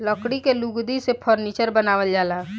लकड़ी के लुगदी से फर्नीचर बनावल जाला